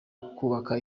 kubaka